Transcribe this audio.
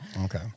okay